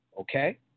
okay